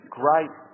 great